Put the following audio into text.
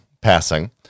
passing